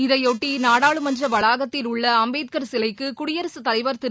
இதைபொட்டி நாடாளுமன்ற வளாகத்தில் உள்ள அம்பேத்கர் சிலைக்கு குடியரசுத் தலைவர் திரு